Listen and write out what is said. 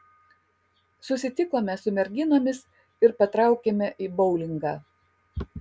susitikome su merginomis ir patraukėme į boulingą